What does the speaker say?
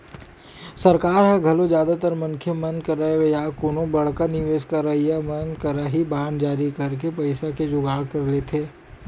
सरकार ह घलो जादातर मनखे मन करा या कोनो बड़का निवेस करइया मन करा ही बांड जारी करके पइसा के जुगाड़ कर लेथे